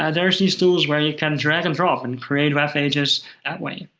ah there's these tools where you can drag and drop, and create web pages that way.